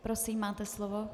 Prosím, máte slovo.